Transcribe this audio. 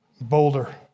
Boulder